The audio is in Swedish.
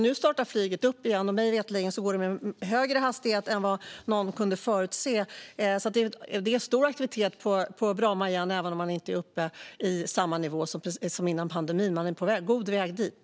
Nu startar flyget upp igen, och mig veterligen går det med högre hastighet än vad någon kunde förutse. Det är stor aktivitet på Bromma flygplats igen. Man är inte uppe på samma nivå som före pandemin, men man är på god väg dit.